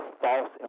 false